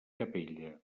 capella